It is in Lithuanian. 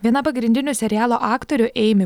viena pagrindinių serialo aktorių eimi